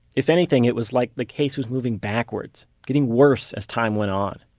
if anything, it was like the case was moving backwards getting worse as time went on.